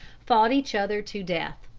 fought each other to death,